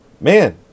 man